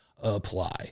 apply